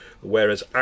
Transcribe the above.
whereas